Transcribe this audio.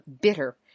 bitter